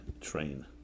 train